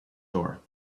door